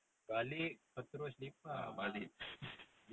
ah balik